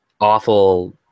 awful